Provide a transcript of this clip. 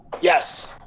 Yes